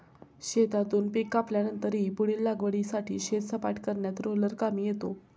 शेतातून पीक कापल्यानंतरही पुढील लागवडीसाठी शेत सपाट करण्यात रोलर कामी येतो